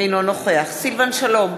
אינו נוכח סילבן שלום,